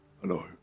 hello